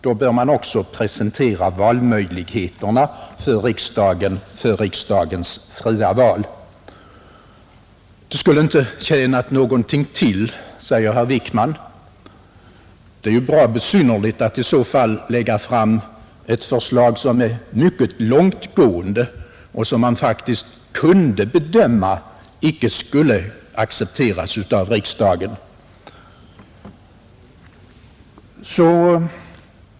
Då bör man också presentera valmöjligheterna för riksdagens fria val. Det skulle inte ha tjänat någonting till, säger herr Wickman. Det är bra besynnerligt att i så fall först lägga fram bara ett förslag som är mycket långtgående och som man faktiskt kunde bedöma icke skulle accepteras av riksdagen.